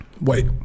Wait